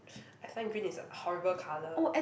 I find green is a horrible colour